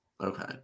Okay